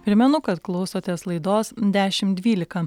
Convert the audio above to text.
primenu kad klausotės laidos dešim dvylika